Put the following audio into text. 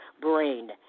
brain